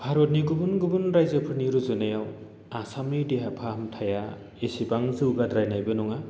भारतनि गुबुन गुबुन रायजोफोरनि रुजुनायाव आसामनि देहा फाहामथाइया एसेबां जौगाद्राइनायबो नङा